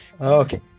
Okay